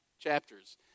chapters